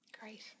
Great